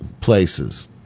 places